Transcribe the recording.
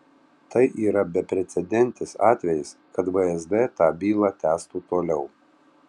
tai yra beprecedentis atvejis kad vsd tą bylą tęstų toliau